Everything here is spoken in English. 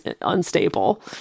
unstable